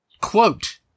Quote